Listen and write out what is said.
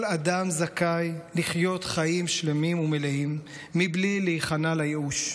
כל אדם זכאי לחיות חיים שלמים ומלאים מבלי להיכנע לייאוש,